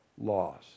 loss